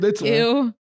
Ew